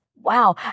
Wow